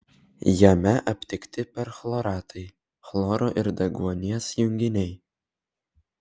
jame aptikti perchloratai chloro ir deguonies junginiai